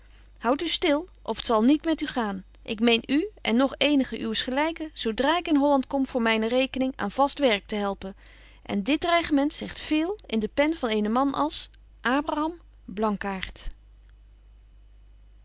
houd u stil of t zal niet met u gaan ik meen u en nog eenigen uws gelyken zo dra ik in holland kom voor myne rekening aan vast werk te helpen en dit dreigement zegt veel in de pen van eenen man als